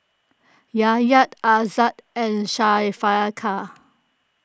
Yahya Aizat and Syafiqah